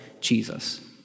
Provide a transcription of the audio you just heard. Jesus